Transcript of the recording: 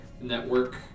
Network